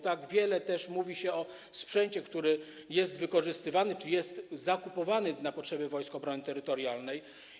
Tak wiele mówi się o sprzęcie, który jest wykorzystywany czy kupowany na potrzeby Wojsk Obrony Terytorialnej.